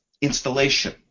Installation